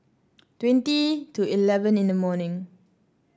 twenty to eleven in the morning